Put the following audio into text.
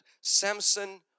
Samson